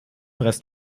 rest